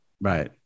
Right